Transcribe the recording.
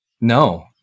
No